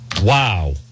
Wow